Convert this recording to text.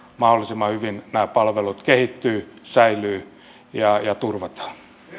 mahdollisimman hyvin nämä palvelut kehittyvät säilyvät ja turvataan